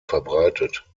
verbreitet